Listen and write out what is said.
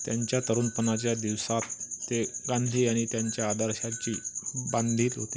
त्यांच्या तरूणपणाच्या दिवसात ते गांधी आणि त्यांच्या आदर्शांशी बांधील होते